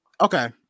Okay